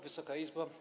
Wysoka Izbo!